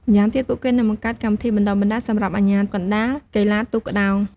ម៉្យាងទៀតពួកគេនឹងបង្កើតកម្មវិធីបណ្ដុះបណ្ដាលសម្រាប់អាជ្ញាកណ្ដាលកីឡាទូកក្ដោង។